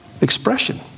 expression